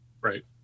Right